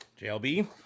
jlb